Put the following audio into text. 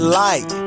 light